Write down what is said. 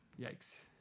Yikes